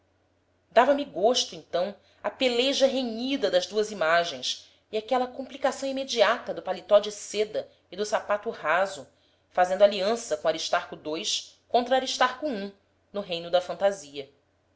renitente dava-me gosto então a peleja renhida das duas imagens e aquela complicação imediata do paletó de seda e do sapato raso fazendo aliança com aristarco ii contra aristarco i no reino da fantasia